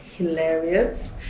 hilarious